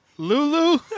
Lulu